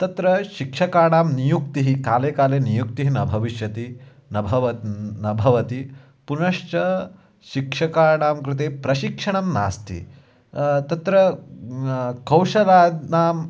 तत्र शिक्षकाणां नियुक्तिः काले काले नियुक्तिः न भविष्यति न भवति न भवति पुनश्च शिक्षकाणां कृते प्रशिक्षणं नास्ति तत्र कौशलानाम्